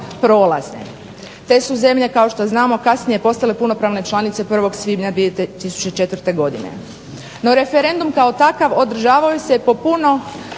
Te su zemlje kao što znamo kasnije postale punopravne članice 1. svibnja 2004. godine. No referendum kao takav održavao se po puno